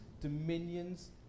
dominions